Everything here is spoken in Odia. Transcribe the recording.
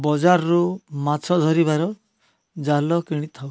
ବଜାରରୁ ମାଛ ଧରିବାର ଜାଲ କିଣିଥାଉ